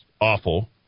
awful